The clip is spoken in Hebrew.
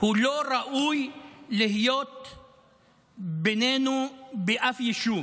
הוא לא ראוי להיות בינינו באף יישוב,